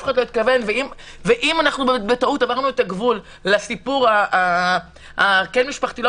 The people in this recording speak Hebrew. אם אנו בטעות עברנו את הגבול לסיפור הכן משפחתי,